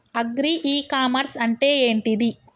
Agri e commerce అంటే ఏంటిది?